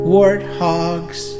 warthogs